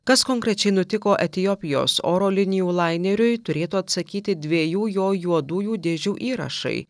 kas konkrečiai nutiko etiopijos oro linijų laineriui turėtų atsakyti dviejų jo juodųjų dėžių įrašai